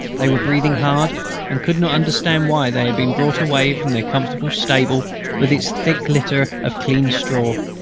they were breathing hard and could not understand why they had been brought away from their comfortable stable with its thick litter of clean straw.